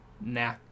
Nah